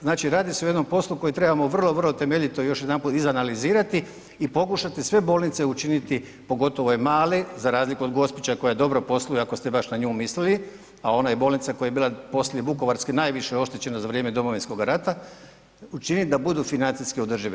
Znači radi se o jednom poslu koji trebamo vrlo, vrlo temeljito još jedanput izanalizirati i pokušati sve bolnice učiniti, pogotovo ove male za razliku od Gospića koja dobro posluje ako ste baš na nju mislili, a ona je bolnica koja je bila poslije Vukovarske najviše oštećena za vrijeme Domovinskoga rata, učiniti da budu financijski održive.